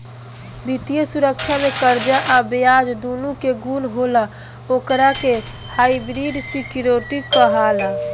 वित्तीय सुरक्षा में कर्जा आ ब्याज दूनो के गुण होला ओकरा के हाइब्रिड सिक्योरिटी कहाला